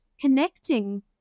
connecting